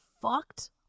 fucked